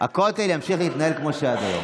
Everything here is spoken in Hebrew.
הכותל ימשיך להתנהל כמו שהיה עד היום.